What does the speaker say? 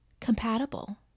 compatible